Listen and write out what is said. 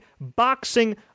boxing